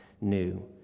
new